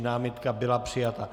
Námitka byla přijata.